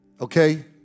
Okay